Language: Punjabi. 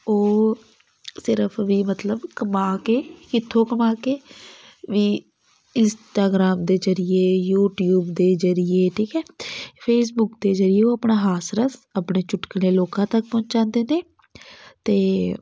ਉਹ ਸਿਰਫ਼ ਵੀ ਮਤਲਬ ਕਮਾ ਕੇ ਕਿੱਥੋਂ ਕਮਾ ਕੇ ਵੀ ਇੰਸਟਾਗ੍ਰਾਮ ਦੇ ਜਰੀਏ ਯੂਟਿਊਬ ਦੇ ਜਰੀਏ ਠੀਕ ਹੈ ਫੇਸਬੁੱਕ ਦੇ ਜਰੀਏ ਉਹ ਆਪਣਾ ਹਾਸ ਰਸ ਆਪਣੇ ਚੁਟਕਲੇ ਲੋਕਾਂ ਤੱਕ ਪਹੁੰਚਾਉਂਦੇ ਨੇ ਅਤੇ